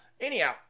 Anyhow